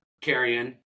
carrying